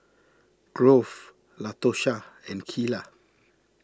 Grove Latosha and Keila